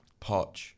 Poch